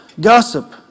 Gossip